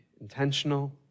intentional